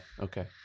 Okay